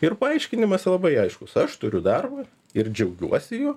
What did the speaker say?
ir paaiškinimas labai aiškus aš turiu darbo ir džiaugiuosi juo